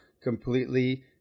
completely